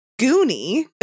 Goonie